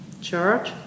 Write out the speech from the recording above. church